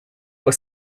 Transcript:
was